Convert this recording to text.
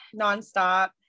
nonstop